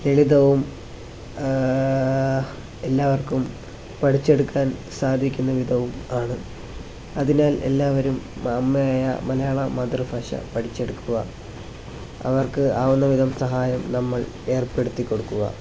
ലളിതവും എല്ലാവർക്കും പഠിച്ചെടുക്കാൻ സാധിക്കുന്നവിധവും ആണ് അതിനാൽ എല്ലാവരും അമ്മയായ മലയാള മാതൃഭാഷ പഠിച്ചെടുക്കുക അവർക്ക് ആവുന്നവിധം സഹായം നമ്മൾ ഏർപ്പെടുത്തിക്കൊടുക്കുക